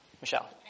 Michelle